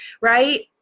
right